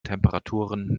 temperaturen